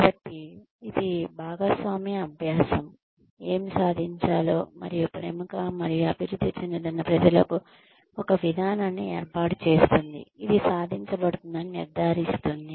కాబట్టి ఇది భాగస్వామ్య అభ్యాసం ఏమి సాధించాలో మరియు ప్రముఖ మరియు అభివృద్ధి చెందుతున్న ప్రజలకు ఒక విధానాన్ని ఏర్పాటు చేస్తుంది ఇది సాధించబడుతుందని నిర్ధారిస్తుంది